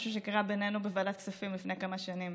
משהו שקרה בינינו בוועדת הכספים לפני כמה שנים.